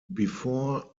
before